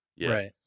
Right